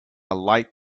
light